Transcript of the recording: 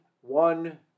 one